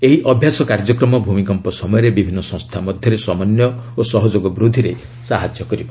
ଏହି ଅଭ୍ୟାସ କାର୍ଯ୍ୟକ୍ରମ ଭୂମିକମ୍ପ ସମୟରେ ବିଭିନ୍ନ ସଂସ୍ଥା ମଧ୍ୟରେ ସମନ୍ୱୟ ଓ ସହଯୋଗ ବୃଦ୍ଧିରେ ସାହାଯ୍ୟ କରିବ